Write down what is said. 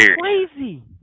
crazy